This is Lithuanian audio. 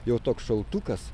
jau toks šaltukas